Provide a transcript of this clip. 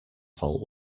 fault